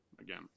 again